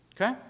Okay